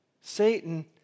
Satan